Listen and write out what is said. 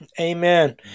Amen